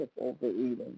overeating